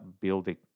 building